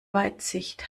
weitsicht